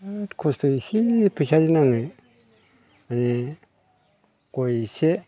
बेराद खस्थ' एसे फैसाजों आङो मानि गय एसे